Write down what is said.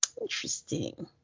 interesting